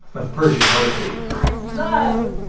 of persian poetry i love